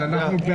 כן, אנחנו בעד.